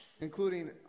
including